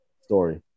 story